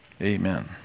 Amen